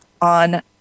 on